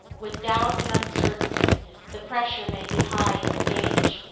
with doubt and uncertainty the pressure may be high in the gauge,